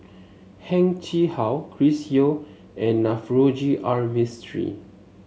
Heng Chee How Chris Yeo and Navroji R Mistri